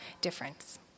difference